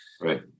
Right